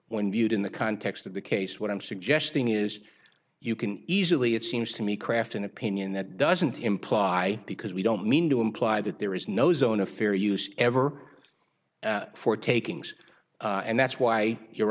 when viewed in the context of the case what i'm suggesting is you can easily it seems to me craft an opinion that doesn't imply because we don't mean to imply that there is no zone of fair use ever for takings and that's why your